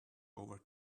over